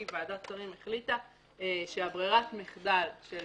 ועדת שרים החליטה על ברירת מחדל של